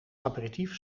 aperitief